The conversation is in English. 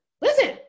listen